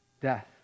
death